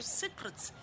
secrets